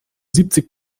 siebzig